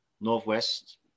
Northwest